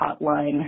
hotline